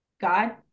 God